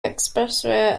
expressway